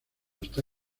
está